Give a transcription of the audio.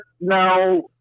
now